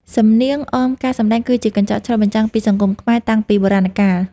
សំនៀងអមការសម្ដែងគឺជាកញ្ចក់ឆ្លុះបញ្ចាំងពីសង្គមខ្មែរតាំងពីបុរាណកាល។